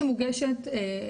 שמוגשת,